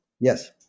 yes